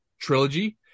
trilogy